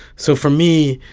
so for me,